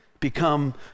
become